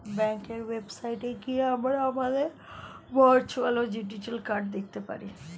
ব্যাঙ্কের ওয়েবসাইটে গিয়ে আমরা আমাদের ভার্চুয়াল বা ডিজিটাল কার্ড দেখতে পারি